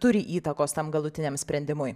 turi įtakos tam galutiniam sprendimui